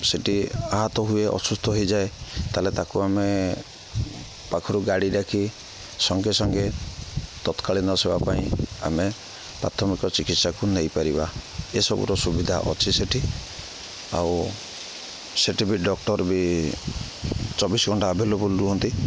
ସେଠି ଆହତ ହୁଏ ଅସୁସ୍ଥ ହେଇଯାଏ ତା'ହେଲେ ତାକୁ ଆମେ ପାଖରୁ ଗାଡ଼ି ଡାକି ସଙ୍ଗେ ସଙ୍ଗେ ତତ୍କାଳୀନ ସେବା ପାଇଁ ଆମେ ପ୍ରାଥମିକ ଚିକିତ୍ସାକୁ ନେଇପାରିବା ଏସବୁର ସୁବିଧା ଅଛି ସେଠି ଆଉ ସେଠି ବି ଡକ୍ଟର ବି ଚବିଶି ଘଣ୍ଟା ଆଭେଲେବୁଲ ରୁହନ୍ତି